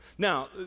Now